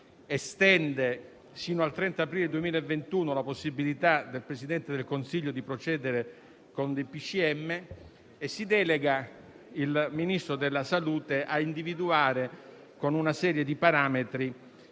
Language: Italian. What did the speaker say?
estende fino al 30 aprile 2021 la possibilità del Presidente del Consiglio di procedere con DPCM e si delega il Ministro della salute ad individuare, con una serie di parametri,